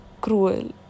cruel